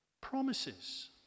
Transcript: promises